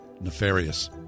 nefarious